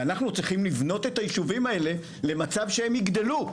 ואנחנו עוד צריכים לבנות את הישובים האלה למצב שהם יגדלו.